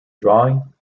drawing